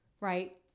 right